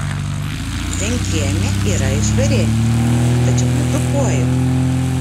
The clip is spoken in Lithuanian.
zienkienė yra iš varėnės tačiau nedzūkuoja